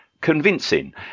convincing